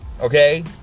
Okay